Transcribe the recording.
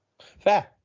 fair